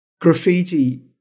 Graffiti